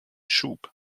schub